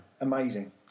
Amazing